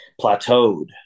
plateaued